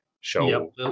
show